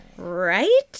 Right